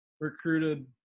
recruited